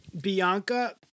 Bianca